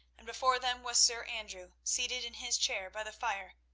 and before them was sir andrew seated in his chair by the fire,